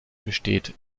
besteht